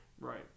Right